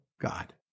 God